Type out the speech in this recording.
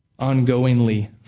ongoingly